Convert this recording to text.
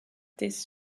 this